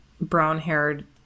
brown-haired